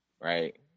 right